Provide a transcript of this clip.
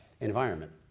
environment